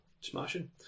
Smashing